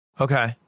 Okay